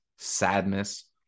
sadness